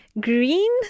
Green